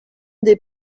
des